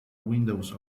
windows